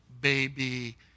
baby